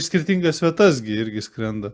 skirtingas vietas gi irgi skrenda